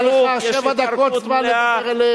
היו לך שבע דקות זמן לדבר,